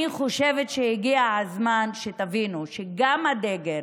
אני חושבת שהגיע הזמן שתבינו שגם הדגל